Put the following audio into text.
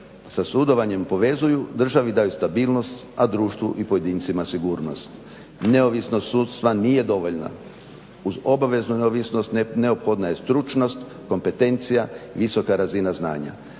sa sudovanjem povezuju državi daju stabilnost, a društvu i pojedincima sigurnost. Neovisnost sudstva nije dovoljno, uz obaveznu neovisnost neophodna je stručnost, kompetencija, visoka razina znanja.